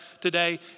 today